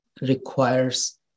requires